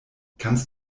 kannst